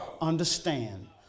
understand